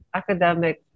academic